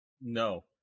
No